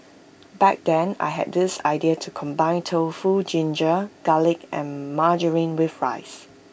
back then I had this idea to combine tofu ginger garlic and margarine with rice